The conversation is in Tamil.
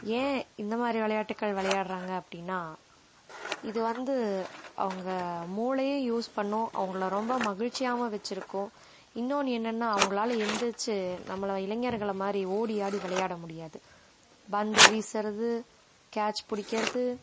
ஏன் இந்தமாதிரி விளையாட்டுகள் விளையாடுறாங்க அப்படினா இது வந்து அவங்க மூளையை யூஸ் பண்ணும் அவங்களை ரொம்ப மகிழ்ச்சியாவும் வச்சுருக்கோம் இன்னொன்று என்னென்னா அவங்களால எழுந்திரிச்சு நம்மளை இளைஞர்கள மாதிரி ஓடி ஆடி விளையாட முடியாது பந்தை வீசுகிறது கேட்ச் பிடிக்குறது